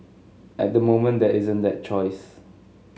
at the moment there isn't that choice